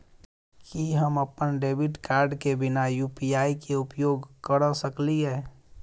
की हम अप्पन debit card केँ बिना यु.पी.आई केँ उपयोग करऽ सकलिये?